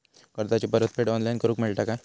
कर्जाची परत फेड ऑनलाइन करूक मेलता काय?